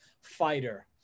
fighter